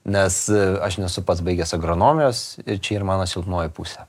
nes aš nesu pats baigęs agronomijos ir čia yra mano silpnoji pusė